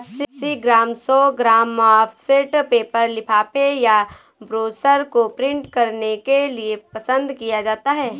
अस्सी ग्राम, सौ gram offset paper लिफाफे या ब्रोशर को प्रिंट करने के लिए पसंद किया जाता है